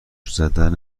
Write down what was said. زدن